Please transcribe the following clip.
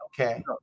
Okay